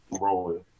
rolling